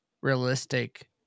realistic